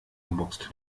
geboxt